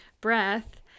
breath